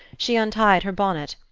she untied her bonnet,